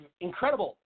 incredible